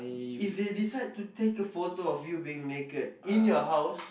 if they decide to take a photo of you being naked in your house